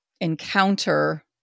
encounter